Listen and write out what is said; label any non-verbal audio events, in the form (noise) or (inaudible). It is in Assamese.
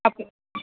(unintelligible)